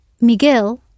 Miguel